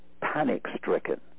panic-stricken